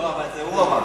לא, אבל את זה הוא אמר.